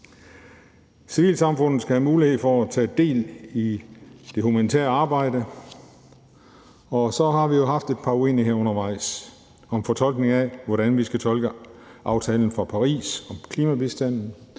Civilsamfundet skal have mulighed for at tage del i det humanitære arbejde. Så har vi jo haft et par uenigheder undervejs, i forhold til hvordan vi skal fortolke aftalen fra Paris om klimabistanden.